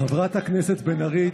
חברת הכנסת בן ארי,